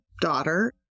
daughter